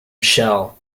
shell